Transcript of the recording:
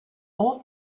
old